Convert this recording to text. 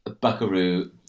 Buckaroo